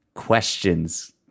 Questions